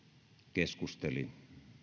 keskustelua